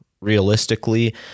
Realistically